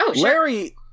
Larry